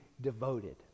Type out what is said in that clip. devoted